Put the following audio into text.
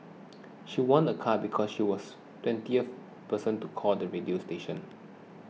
she won a car because she was twentieth person to call the radio station